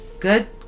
Good